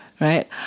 right